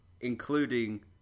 Including